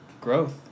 growth